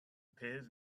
appeared